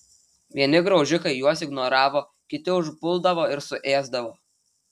vieni graužikai juos ignoravo kiti užpuldavo ir suėsdavo